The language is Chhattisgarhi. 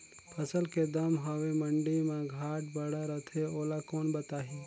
फसल के दम हवे मंडी मा घाट बढ़ा रथे ओला कोन बताही?